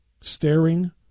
staring